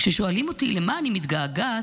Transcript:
כששואלים אותי למה אני מתגעגעת,